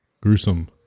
Gruesome